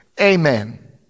Amen